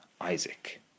Isaac